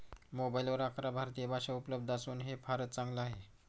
मोबाईलवर अकरा भारतीय भाषा उपलब्ध असून हे फारच चांगल आहे